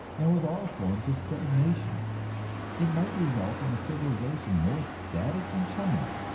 and with all forms of stagnation it might result in a civilization more static than china.